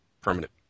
permanent